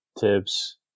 tips